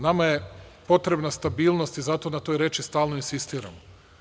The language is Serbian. Nama je potrebna stabilnost i zato na toj reči stalno insistiramo.